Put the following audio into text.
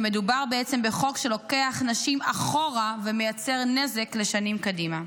ומדובר בעצם בחוק שלוקח נשים אחורה ומייצר נזק לשנים קדימה.